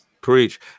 preach